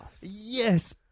yes